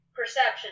Perception